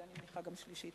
ואני מניחה שגם שלישית.